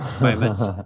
moments